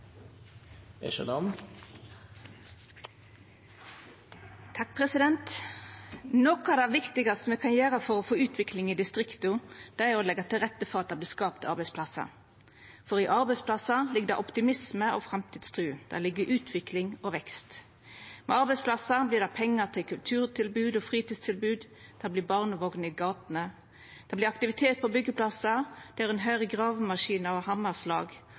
av det viktigaste me kan gjera for å få utvikling i distrikta, er å leggja til rette for at det vert skapt arbeidsplassar, for i arbeidsplassar ligg det optimisme og framtidstru, det ligg utvikling og vekst. Med arbeidsplassar vert det pengar til kulturtilbod og fritidstilbod. Det vert barnevogner i gatene. Det vert aktivitet på byggjeplassar, der ein høyrer gravemaskinar og